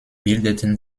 bildeten